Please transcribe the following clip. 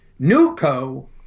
NUCO